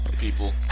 people